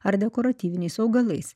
ar dekoratyviniais augalais